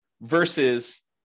versus